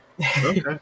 Okay